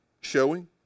showing